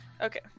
Okay